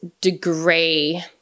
degree